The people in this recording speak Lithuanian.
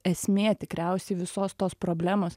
esmė tikriausiai visos tos problemos